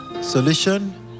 solution